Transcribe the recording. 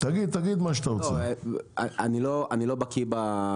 אני לא בקי בזה.